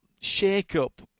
shake-up